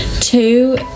Two